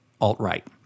alt-right